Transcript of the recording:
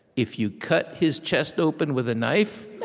if you cut his chest open with a knife,